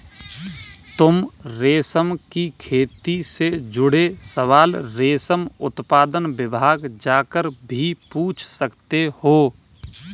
तुम रेशम की खेती से जुड़े सवाल रेशम उत्पादन विभाग जाकर भी पूछ सकते हो